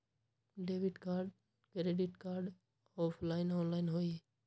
Debit card credit card offline online होई?